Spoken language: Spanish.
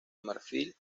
marfil